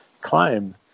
climb